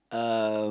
um